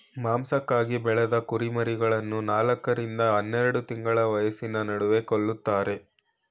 ಮಾಂಸಕ್ಕಾಗಿ ಬೆಳೆದ ಕುರಿಮರಿಗಳನ್ನು ನಾಲ್ಕ ರಿಂದ ಹನ್ನೆರೆಡು ತಿಂಗಳ ವಯಸ್ಸಿನ ನಡುವೆ ಕೊಲ್ತಾರೆ